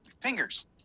fingers